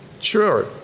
Sure